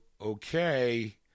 okay